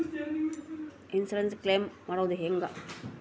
Insurance claim ಮಾಡೋದು ಹೆಂಗ?